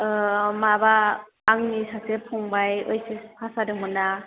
माबा आंनि सासे फंबाय ओइत्स एस पास जादोंमोन ना